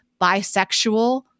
bisexual